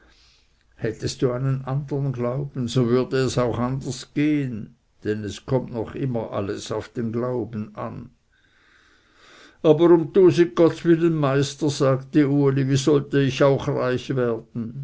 hättest du einen andern glauben so würde es auch anders gehen denn es kommt noch immer alles auf den glauben an aber um tusig gottswillen meister sagte uli wie sollte ich auch reich werden